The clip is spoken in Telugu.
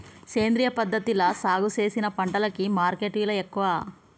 సేంద్రియ పద్ధతిలా సాగు చేసిన పంటలకు మార్కెట్ విలువ ఎక్కువ